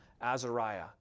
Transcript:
Azariah